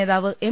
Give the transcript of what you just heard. നേതാവ് എം